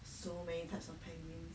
so many types of penguins